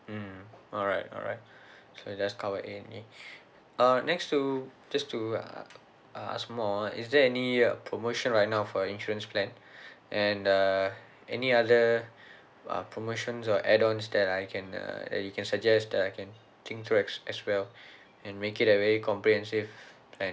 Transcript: mm alright alright so it does cover A&E err next to just to uh ask more is there any uh promotion right now for insurance plan and uh any other uh promotions or add-ons that I can uh that you can suggest that I can think through as as well and make it a very comprehensive plan